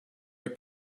your